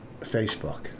Facebook